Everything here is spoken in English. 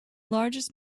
largest